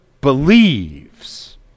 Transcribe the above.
believes